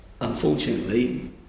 unfortunately